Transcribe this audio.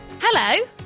Hello